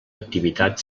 activitat